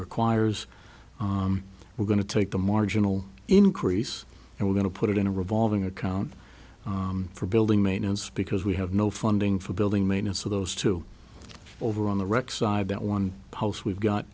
requires we're going to take the marginal increase and we're going to put it in a revolving account for building maintenance because we have no funding for building maintenance of those too over on the wreck side that one post we've got